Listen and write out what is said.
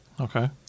okay